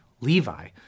Levi